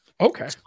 Okay